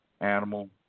Animal